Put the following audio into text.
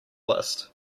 list